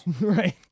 right